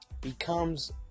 becomes